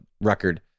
record